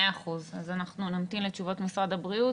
מאה אחוז, אז אנחנו נמתין לתשובות משרד הבריאות.